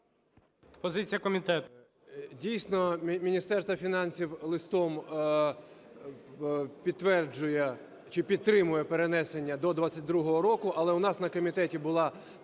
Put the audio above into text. Дійсно, Міністерство фінансів листом підтверджує, чи підтримує, перенесення до 22-го року, але в нас на комітеті була